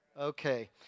Okay